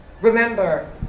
Remember